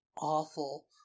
awful